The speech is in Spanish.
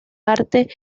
arte